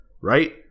Right